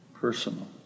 Personal